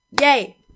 Yay